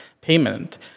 payment